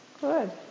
good